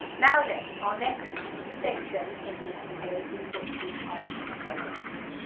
now then our next section in this video is going to be our improvisation,